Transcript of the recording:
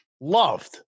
Loved